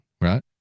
right